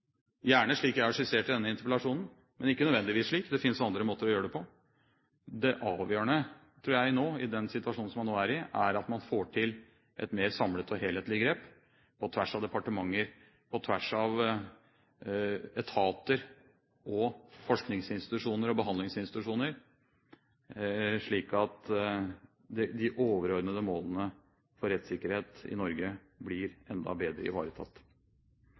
gjerne slik jeg har skissert det i denne interpellasjonen, men ikke nødvendigvis slik. Det fins andre måter å gjøre det på. Det avgjørende nå, tror jeg, i den situasjonen som man nå er i, er at man får til et mer samlet og helhetlig grep på tvers av departementer, på tvers av etater, forskningsinstitusjoner og behandlingsinstitusjoner, slik at de overordnede målene for rettssikkerhet i Norge blir enda bedre ivaretatt.